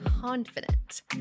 confident